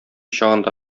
чагында